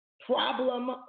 problem